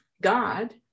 God